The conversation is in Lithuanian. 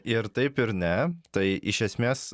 ir taip ir ne tai iš esmės